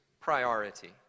priority